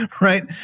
right